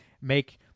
make